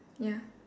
ya